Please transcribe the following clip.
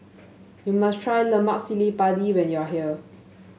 you must try Lemak Cili Padi when you are here